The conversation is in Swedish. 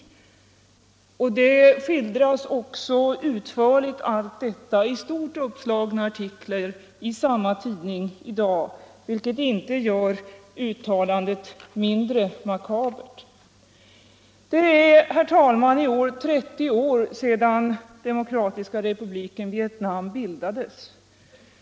Allt detta skildras också utförligt i stort uppslagna artiklar i samma tidning i dag, vilket inte gör uttalandet mindre makabert. Det är, herr talman, i år 30 år sedan Demokratiska republiken Vietnam bildades.